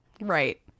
Right